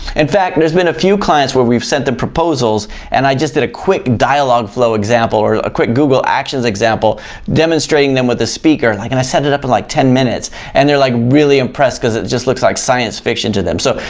in fact, there's been a few clients where we've sent the proposals and i just did a quick dialogflow example or a quick google actions example demonstrating them with a speaker, like and i set it up in like ten minutes and they're like really impressed because it just looks like science fiction to them. so,